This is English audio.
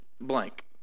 blank